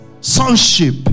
sonship